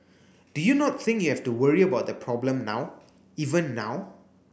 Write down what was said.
do you not think you have to worry about the problem now even now